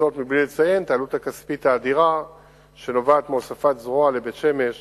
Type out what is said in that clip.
וזאת בלי לציין את העלות הכספית האדירה שנובעת מהוספת זרוע לבית-שמש